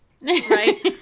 right